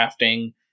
crafting